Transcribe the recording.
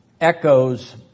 echoes